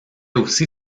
aussi